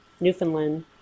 Newfoundland